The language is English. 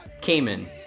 Cayman